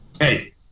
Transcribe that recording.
Hey